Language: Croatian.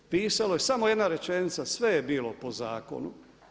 Pisalo je samo jedna rečenica, sve je bilo po zakonu.